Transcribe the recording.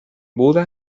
buda